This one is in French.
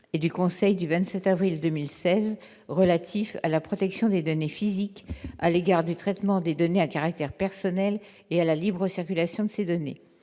et du Conseil du 27 avril 2016 relatif à la protection des données physiques à l'égard du traitement des données à caractère personnel et à la libre circulation de ces données.